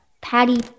Patty